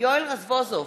יואל רזבוזוב,